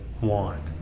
want